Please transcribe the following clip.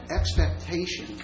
expectation